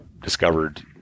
discovered